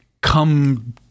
come